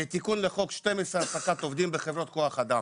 תיקון לחוק 12, העסקת עובדים בחברת כוח אדם,